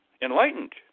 Enlightened